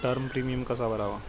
Term premium कसा भरावा?